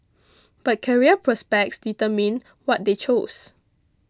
but career prospects determined what they chose